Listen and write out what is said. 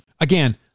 Again